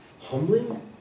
Humbling